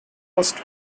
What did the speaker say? first